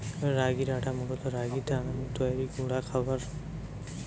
রাগির আটা মূলত রাগির দানা নু তৈরি গুঁড়া খাবার